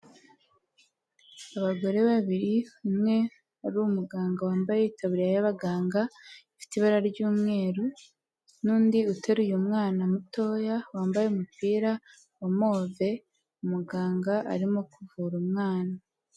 Abagore babiri, umwe ari umuganga wambaye itaburiya y'abaganga ifite ibara ry'umweru, n'undi uteruye umwana mutoya wambaye umupira wa move, umuganga arimo kuvura umwana